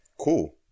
cool